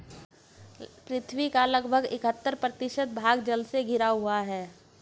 पृथ्वी का लगभग इकहत्तर प्रतिशत भाग जल से घिरा हुआ है